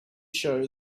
show